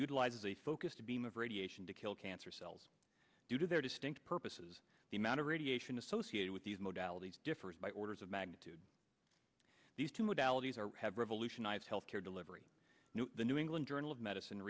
utilizes a focused beam of radiation to kill cancer cells due to their distinct purposes the amount of radiation associated with these modalities differs by orders of magnitude these two modalities are have revolutionized health care delivery new the new england journal of medicine